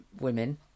women